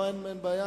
אין בעיה.